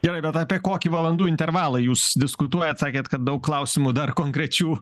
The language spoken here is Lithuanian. gerai bet apie kokį valandų intervalą jūs diskutuojat sakėt kad daug klausimų dar konkrečių